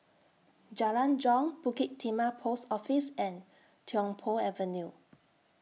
Jalan Jong Bukit Timah Post Office and Tiong Poh Avenue